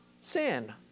sin